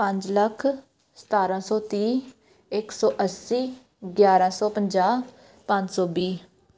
ਪੰਜ ਲੱਖ ਸਤਾਰਾਂ ਸੌ ਤੀਹ ਇੱਕ ਸੌ ਅੱਸੀ ਗਿਆਰਾਂ ਸੌ ਪੰਜਾਹ ਪੰਜ ਸੌ ਵੀਹ